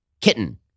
kitten